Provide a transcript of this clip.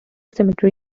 cemetery